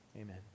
Amen